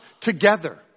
together